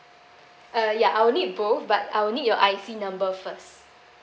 uh ya I will need both but I will need your I_C number first